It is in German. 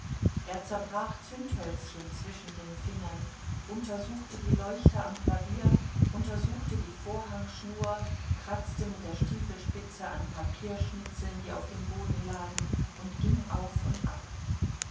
er zerbrach zündhölzchen zwischen den fingern untersuchte die leuchter am klavier untersuchte die vorhangschnur kratzte mit der stiefelspitze an papierschnitzeln die auf dem boden lagen und ging auf und ab